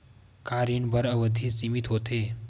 का ऋण बर अवधि सीमित होथे?